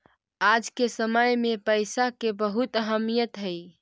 आज के समय में पईसा के बहुत अहमीयत हई